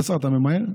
כבוד השר, אתה ממהר?